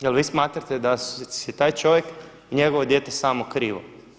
Jel vi smatrate da se taj čovjek i njegovo dijete samo krivo?